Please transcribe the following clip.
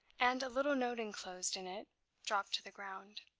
and a little note inclosed in it dropped to the ground.